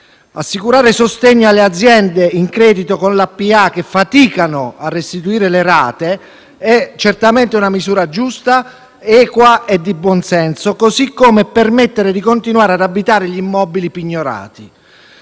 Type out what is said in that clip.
Assicurare sostegno alle aziende in credito con la pubblica amministrazione che faticano a restituire le rate è certamente una misura giusta, equa e di buon senso, così come permettere di continuare ad abitare gli immobili pignorati.